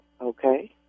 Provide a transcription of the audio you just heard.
okay